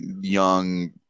young